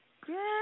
Girl